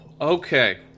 Okay